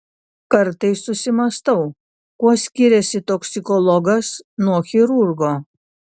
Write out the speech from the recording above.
kartais susimąstau kuo skiriasi toksikologas nuo chirurgo